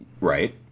right